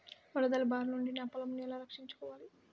వరదల భారి నుండి నా పొలంను ఎలా రక్షించుకోవాలి?